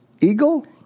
Eagle